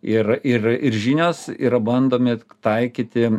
ir ir ir žinios yra bandomi taikyti